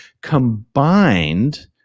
combined